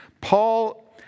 Paul